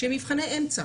שהם מבחני אמצע,